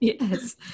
Yes